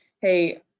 hey